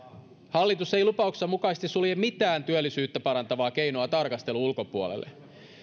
hallitus ei lupauksensa mukaisesti sulje mitään työllisyyttä parantavaa keinoa tarkastelun ulkopuolelle